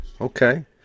Okay